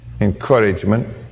Encouragement